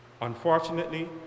Unfortunately